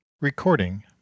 Recording